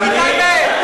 תגיד את האמת.